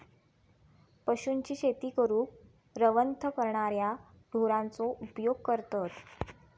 पशूंची शेती करूक रवंथ करणाऱ्या ढोरांचो उपयोग करतत